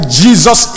jesus